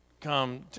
come